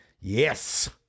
yes